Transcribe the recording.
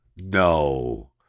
no